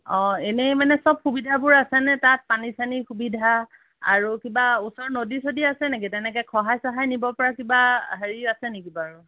অ' এনেই মানে সব সুবিধাবোৰ আছে নে তাত পানী চানী সুবিধা আৰু কিবা ওচৰত নদী চদী আছে নেকি তেনেকৈ খহাই চহাই নিব পৰা কিবা হেৰি আছে নেকি বাৰু